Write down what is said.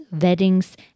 weddings